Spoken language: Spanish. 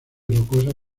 rocosa